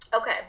Okay